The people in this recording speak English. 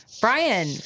Brian